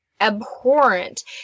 abhorrent